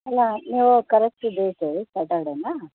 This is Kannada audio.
ಅಲ್ಲ ನೀವು ಕರೆಕ್ಟ್ ಡೇಟ್ ಹೇಳಿ ಸೆಟರ್ಡೇನಾ